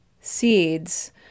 seeds